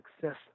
success